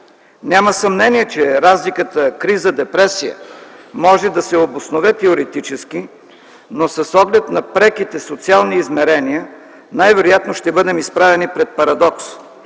Няма съмнение, че разликата криза-депресия може да се обоснове теоретически, но с оглед на преките социални измерения най-вероятно ще бъдем изправени пред парадокс